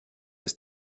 ist